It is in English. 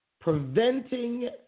preventing